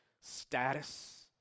status